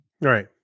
right